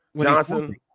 Johnson